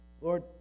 Lord